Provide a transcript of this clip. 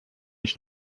ich